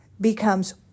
becomes